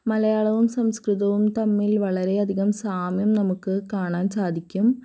മലയാളവും സംസ്കൃതവും തമ്മിൽ വളരെയധികം സാമ്യം നമുക്ക് കാണാൻ സാധിക്കും